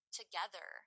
together